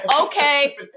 Okay